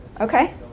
Okay